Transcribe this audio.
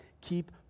Keep